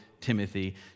Timothy